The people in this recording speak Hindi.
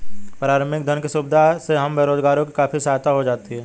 प्रारंभिक धन की सुविधा से हम बेरोजगारों की काफी सहायता हो जाती है